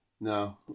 no